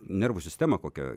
nervų sistema kokia